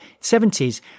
70s